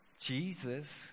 Jesus